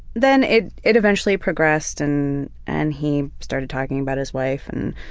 then it it eventually progressed and and he started talking about his wife and